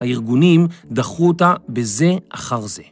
הארגונים דחו אותה בזה אחר זה.